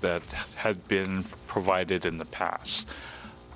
that had been provided in the past